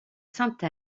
sainte